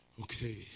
Okay